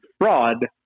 fraud